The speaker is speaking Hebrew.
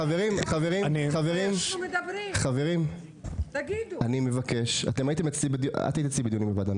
חברים, את היית אצלי בוועדה.